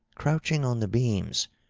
crouching on the beams,